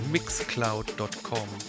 Mixcloud.com